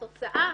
התוצאה,